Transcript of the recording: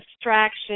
distraction